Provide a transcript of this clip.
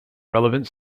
relevant